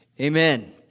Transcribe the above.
Amen